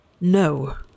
No